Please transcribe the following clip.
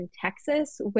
Texas